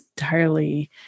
entirely